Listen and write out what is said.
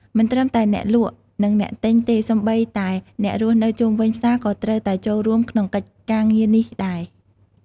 មិនត្រឹមតែអ្នកលក់ និងអ្នកទិញទេ សូម្បីតែអ្នករស់នៅជុំវិញផ្សារក៏ត្រូវតែចូលរួមក្នុងកិច្ចការងារនេះដែរ។